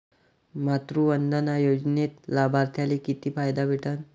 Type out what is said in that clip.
मातृवंदना योजनेत लाभार्थ्याले किती फायदा भेटन?